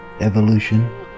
Evolution